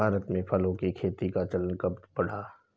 भारत में फलों की खेती का चलन कब बढ़ा?